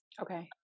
okay